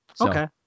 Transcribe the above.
Okay